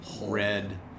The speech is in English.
red